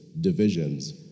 Divisions